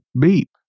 Beep